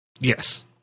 Yes